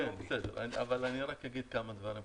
בסדר, אני רק אגיד כמה דברים חשובים.